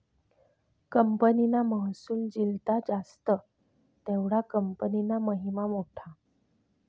कंपनीना महसुल जित्ला जास्त तेवढा कंपनीना महिमा मोठा